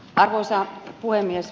arvoisa puhemies